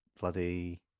bloody